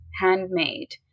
handmade